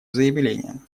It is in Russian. заявлением